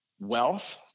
Wealth